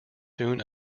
soon